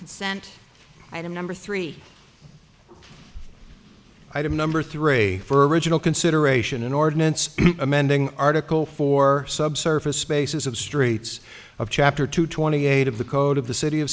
consent item number three item number three for original consideration an ordinance amending article for subsurface spaces of streets of chapter two twenty eight of the code of the city of